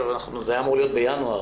הדיון הזה היה אמור להיות בינואר,